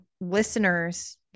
listeners